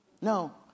no